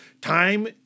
time